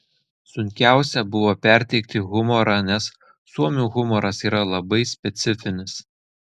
sunkiausia buvo perteikti humorą nes suomių humoras yra labai specifinis